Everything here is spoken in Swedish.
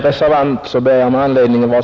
Herr talman!